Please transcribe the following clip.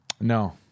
No